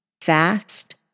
fast